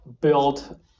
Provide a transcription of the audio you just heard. built